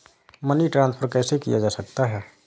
Money transfer कैसे किया जा सकता है?